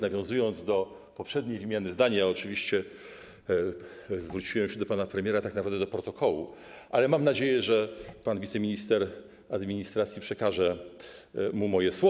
Nawiązując do poprzedniej wymiany zdań, oczywiście zwróciłem się do pana premiera tak naprawdę do protokołu, ale mam nadzieję, że pan wiceminister administracji przekaże mu moje słowa.